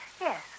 Yes